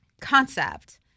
concept